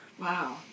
Wow